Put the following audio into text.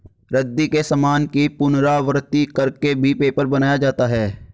रद्दी के सामान की पुनरावृति कर के भी पेपर बनाया जाता है